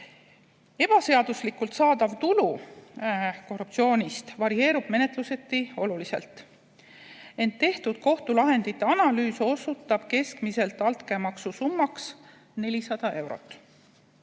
ebaseaduslikult saadav tulu varieerub menetluseti oluliselt. Ent kohtulahendite analüüs osutab keskmiseks altkäemaksu summaks 400 eurot.